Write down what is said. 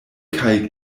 kaj